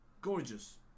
gorgeous